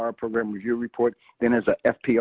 ah program review report. then there's a fprd,